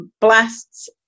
blasts